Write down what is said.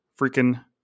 freaking